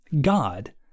God